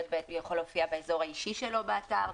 או שזה יופיע באזור האישי שלו באתר,